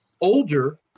older